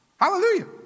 Hallelujah